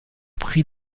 pris